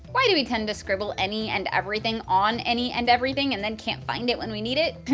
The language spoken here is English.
why do we tend to scribble any and everything on any and everything and then can't find it when we need it?